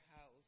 house